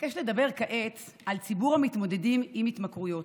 אבקש לדבר כעת על ציבור המתמודדים עם התמכרויות.